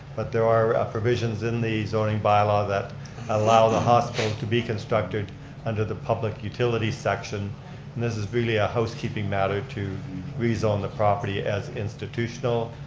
but there are provisions in the zoning bylaw that allow the hospital to be constructed under the public utilities section, and this is really a housekeeping matter to rezone the property as institutional.